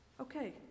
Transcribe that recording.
Okay